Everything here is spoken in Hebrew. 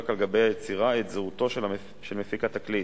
על גבי היצירה את זהותו של מפיק התקליט.